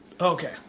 Okay